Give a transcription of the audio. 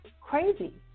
crazy